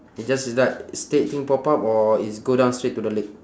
it's just like straight thing pop up or it's go down straight to the leg